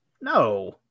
No